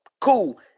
Cool